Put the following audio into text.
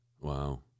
Wow